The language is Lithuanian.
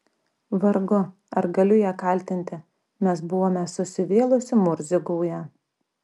vargu ar galiu ją kaltinti mes buvome susivėlusių murzių gauja